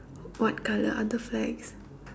what colour are the flags